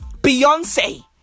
Beyonce